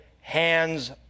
Hands